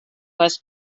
was